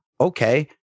Okay